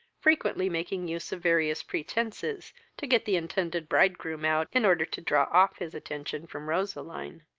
frequently making use of various pretences to get the intended bridegroom out, in order to draw off his attention from roseline,